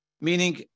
Meaning